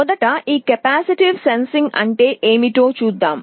మొదట ఈ capacitive sensing అంటే ఏమిటో చూద్దాం